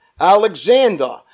Alexander